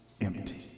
Empty